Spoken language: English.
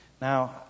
Now